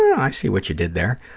i see what you did there.